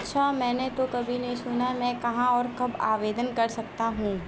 अच्छा मैंने तो कभी नहीं सुना मैं कहाँ और कब आवेदन कर सकता हूँ